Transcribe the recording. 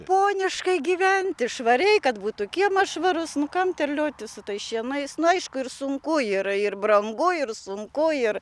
poniškai gyventi švariai kad būtų kiemas švarus nu kam terliotis su tais šienais nu aišku ir sunku yra ir brangu ir sunku ir